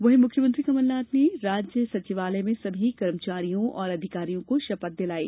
वहीं मुख्यमंत्री कमलनाथ ने राज्य सचिवालय में सभी कर्मचारियों और अधिकारियों को शपथ दिलाई